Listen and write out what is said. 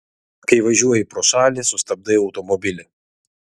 kai važiuoji pro šalį sustabdai automobilį